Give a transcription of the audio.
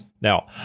Now